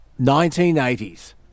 1980s